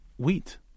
Wheat